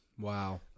Wow